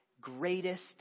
greatest